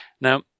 Now